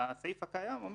והסעיף הקיים אומר